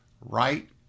right